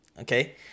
Okay